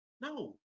No